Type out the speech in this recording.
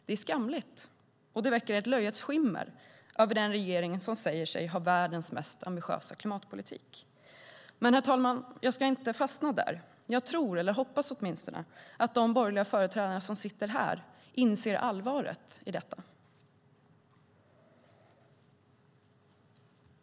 Det är skamligt, och det väcker ett löjets skimmer över den regering som säger sig ha världens mest ambitiösa klimatpolitik. Herr talman! Jag ska inte fastna där. Jag tror, eller hoppas åtminstone, att de borgerliga företrädare som sitter här inser allvaret i detta.